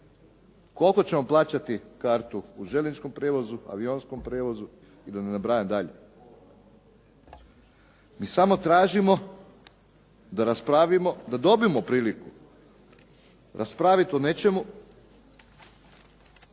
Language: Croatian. koliko ćemo plaćati kartu u željezničkom prijevozu, avionskom prijevozu i da ne nabrajam dalje. Mi samo tražimo da raspravimo, da dobijemo priliku raspraviti o nečemu